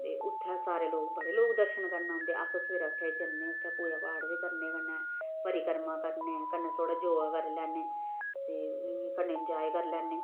ते उत्थें सारे लोक बड़े लोक दर्शन करने औंदे अस सवेरे उट्ठ जन्ने उत्थै पूजा पाठ बी करने कन्नै परिक्रमा करने कन्नै थोह्ड़ा योगा करी लैन्ने ते इ'यां कन्नै इंजाय करी लैन्ने